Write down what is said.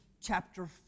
chapter